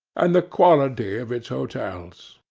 and the quality of its hotels.